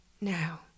Now